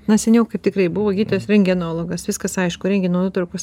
na seniau kaip tikrai buvo gydytojas rentgenologas viskas aišku rengteno nuotraukos